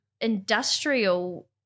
industrial